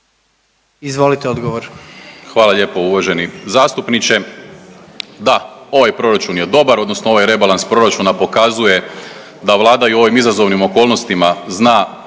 Marko** Hvala lijepo uvaženi zastupniče. Da, ovaj proračun je dobar odnosno ovaj rebalans proračuna pokazuje da vlada i u ovim izazovnim okolnostima zna